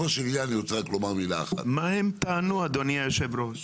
מה הם טענו, אדוני היושב-ראש?